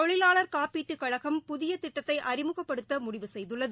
தொழிலாளர் காப்பீட்டு கழகம் புதிய திட்டத்தை அறிமுகப்படுதத முடிவு செய்துள்ளது